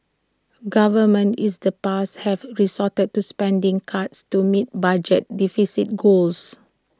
governments is the past have resorted to spending cuts to meet budget deficit goals